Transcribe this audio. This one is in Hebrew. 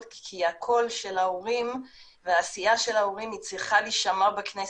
כי הקול של ההורים והעשייה של ההורים צריכה להישמע בכנסת,